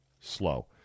slow